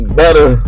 better